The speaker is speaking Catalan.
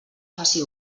faci